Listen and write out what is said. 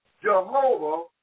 Jehovah